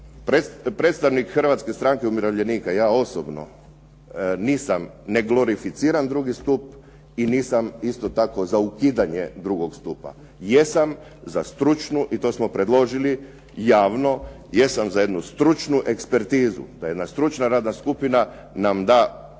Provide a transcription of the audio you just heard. predstavnik Hrvatske strane umirovljenika, ja osobno nisam ne glorificiram drugi stup i nisam isto tako za ukidanje drugog stupa. Jesam za stručnu i to smo predložili javno, jesam za jednu stručnu ekspertizu, da jedna stručna radna skupina nam da dobre